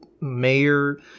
mayor